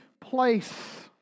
place